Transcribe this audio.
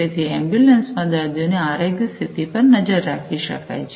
તેથી એમ્બ્યુલન્સમાં દર્દીઓની આરોગ્ય સ્થિતિ પર નજર રાખી શકાય છે